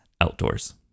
outdoors